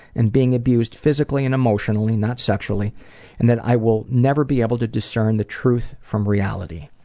and being abused physically and emotionally not sexually and that i will never be able to discern the truth from reality.